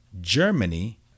Germany